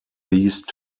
these